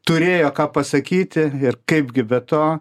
turėjo ką pasakyti ir kaipgi be to